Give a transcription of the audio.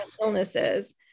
illnesses